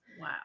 Wow